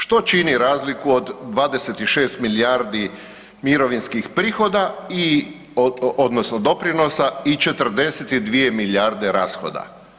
Što čini razliku od 26 milijardi mirovinskih prihoda i, odnosno doprinosa i 42 milijarde rashoda?